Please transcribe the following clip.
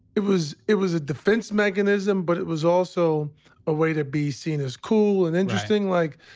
it was it was a defense mechanism. but it was also a way to be seen as cool and interesting. like,